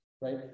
right